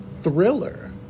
Thriller